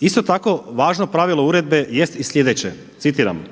Isto tako važno pravilo uredbe jest i sljedeće, citiram: